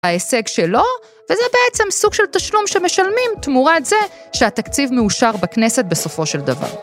ההישג שלו, וזה בעצם סוג של תשלום שמשלמים תמורת זה שהתקציב מאושר בכנסת בסופו של דבר.